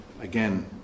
again